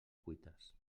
cuites